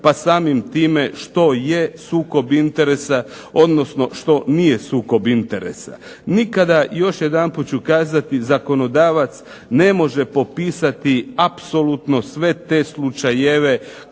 pa samim time što je sukob interesa odnosno što nije sukob interesa. Nikada, još jedanput ću kazati, zakonodavac ne može popisati apsolutno sve te slučajeve